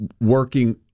working